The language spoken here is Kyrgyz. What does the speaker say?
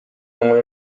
оңой